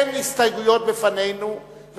אין הסתייגויות בפנינו,